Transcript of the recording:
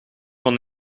van